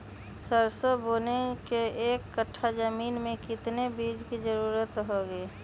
सरसो बोने के एक कट्ठा जमीन में कितने बीज की जरूरत होंगी?